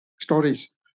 stories